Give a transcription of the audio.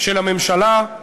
של הממשלה יוכלו,